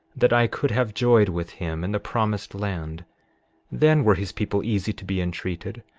that i could have joyed with him in the promised land then were his people easy to be entreated,